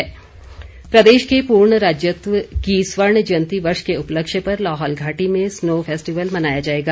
snow festival प्रदेश के पूर्ण राज्यत्व की स्वर्ण जयंती वर्ष के उपलक्ष्य पर लाहौल घाटी में स्नो फेस्टिवल मनाया जाएगा